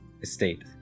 estate